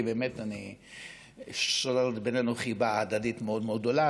כי באמת שוררת בינינו חיבה הדדית מאוד מאוד גדולה,